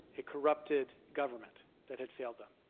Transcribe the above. a corrupted government that had failed them.